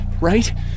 Right